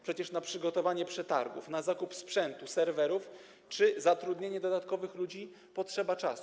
Przecież na przygotowanie przetargów, na zakup sprzętu, serwerów czy zatrudnienie dodatkowych ludzi potrzeba czasu.